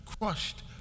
crushed